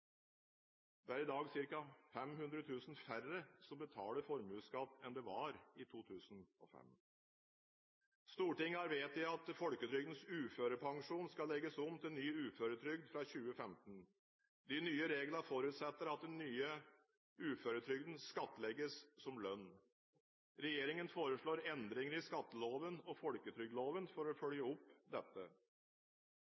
Det er i dag ca. 500 000 færre som betaler formuesskatt, enn det var i 2005. Stortinget har vedtatt at folketrygdens uførepensjon skal legges om til ny uføretrygd fra 2015. De nye reglene forutsetter at den nye uføretrygden skattlegges som lønn. Regjeringen foreslår endringer i skatteloven og folketrygdloven for å følge